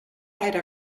era